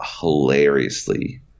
hilariously